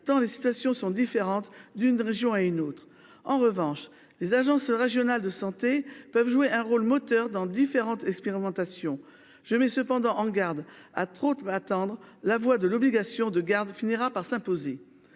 tant les situations sont différentes d'une région à une autre. En revanche, les agences régionales de santé peuvent jouer un rôle moteur dans différentes expérimentations je met cependant en garde à trop de m'attendre. La voix de l'obligation de garde finira par s'imposer.